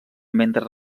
mentre